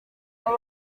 baba